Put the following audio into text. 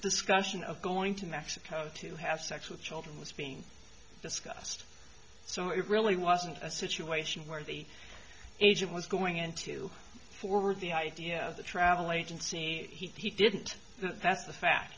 discussion of going to mexico to have sex with children was being discussed so it really wasn't a situation where the agent was going in to forward the idea of the travel agency he didn't that's the fa